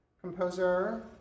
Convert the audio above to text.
Composer